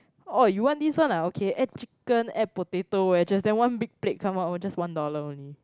oh you want this one okay add chicken add potato wedges then one big plate come out just one dollar only